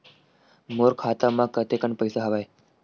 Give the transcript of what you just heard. मोर खाता म कतेकन पईसा हवय?